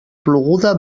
ploguda